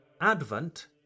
Advent